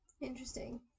Interesting